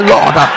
Lord